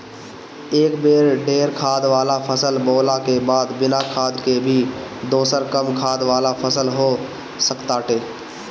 एक बेर ढेर खाद वाला फसल बोअला के बाद बिना खाद के भी दोसर कम खाद वाला फसल हो सकताटे